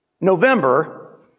November